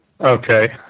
okay